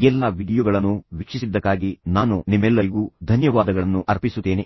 ಈ ಎಲ್ಲಾ ವೀಡಿಯೊಗಳನ್ನು ವೀಕ್ಷಿಸಿದ್ದಕ್ಕಾಗಿ ನಾನು ನಿಮ್ಮೆಲ್ಲರಿಗೂ ಧನ್ಯವಾದಗಳನ್ನು ಅರ್ಪಿಸುತ್ತೇನೆ